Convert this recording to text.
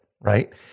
right